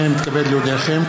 הנני מתכבד להודיעכם,